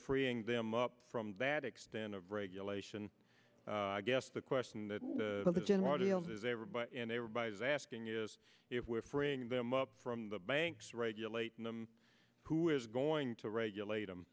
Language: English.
freeing them up from that extent of regulation i guess the question that the general audience is everybody is asking is if we're freeing them up from the banks regulating them who is going to regulate them